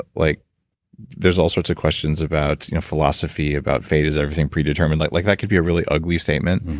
like there's all sorts of questions about philosophy, about fate. is everything predetermined? like like that could be a really ugly statement.